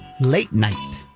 Late-Night